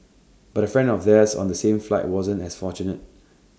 but A friend of theirs on the same flight wasn't as fortunate